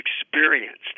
experienced